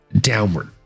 downward